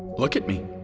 look at me.